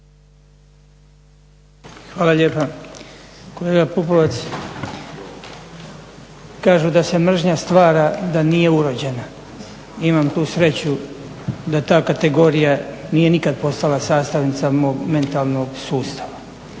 Hvala lijepa. Kolega Pupovac kažu da se mržnja stvara da nije urođena. Imam tu sreću da ta kategorija nije nikad postala sastavnica mog mentalnog sustava,